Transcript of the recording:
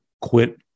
quit